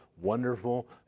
wonderful